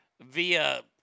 via